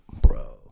bro